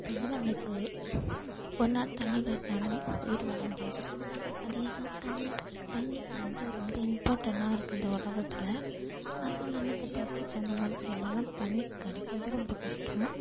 இப்போ வந்து நம்மளுக்கு ஒருநாள் தண்ணி இல்லாட்டினாலும் உயிர் வாழ முடியாது அதே தான் தண்ணி தண்ணி வந்து ரொம்ப இம்பார்டண்டனாக இருக்குது இந்த உலகத்துல அதுவும் இல்லாமல் இந்த டெசர்ட் அந்தமாதிரி சைட்லெலாம் தண்ணி கிடைக்கறதே ரொம்ப கஷ்டம்